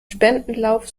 spendenlauf